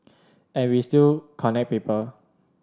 I we still connect people